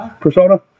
Persona